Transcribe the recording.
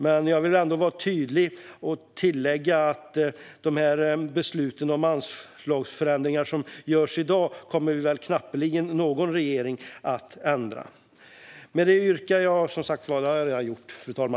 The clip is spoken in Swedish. Men jag vill ändå vara tydlig och tillägga att de beslut om anslagsförändringar som fattas i dag knappeligen kommer att ändras av någon regering.